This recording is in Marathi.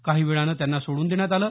काही वेळाने त्यांना सोडून देण्यात आलं